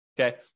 okay